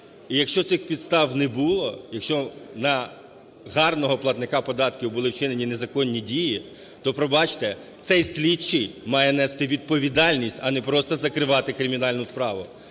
якщо цих підстав не було, якщо на гарного платника податків були вчинені незаконні дії, то, пробачте, цей слідчий має нести відповідальність, а не просто закривати кримінальну справу.